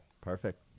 Perfect